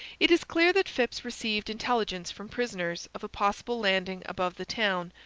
it is clear that phips received intelligence from prisoners of a possible landing above the town,